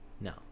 No